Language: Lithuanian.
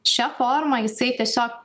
šią forma jisai tiesiog